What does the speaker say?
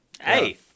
Hey